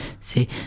See